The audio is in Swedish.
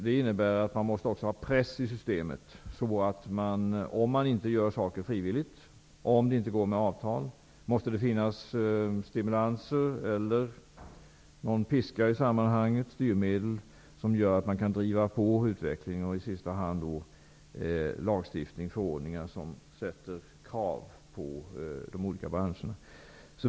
Det innebär att man också måste ha en press i systemet; om åtgärder inte vidtas frivilligt, om det inte går med avtal, måste det finnas stimulans eller styrmedel -- någon piska -- som gör att man kan driva på utvecklingen. I sista hand får man ta till lagstiftning, förordningar, som ställer krav på de olika branscherna.